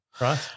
Right